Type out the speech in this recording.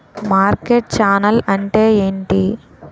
Market channel అంటే ఏంటి?